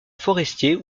forestier